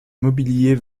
mobilier